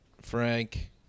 Frank –